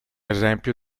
esempio